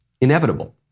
inevitable